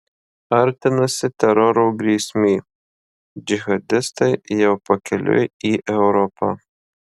artinasi teroro grėsmė džihadistai jau pakeliui į europą